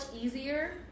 easier